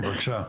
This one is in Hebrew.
בבקשה.